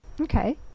Okay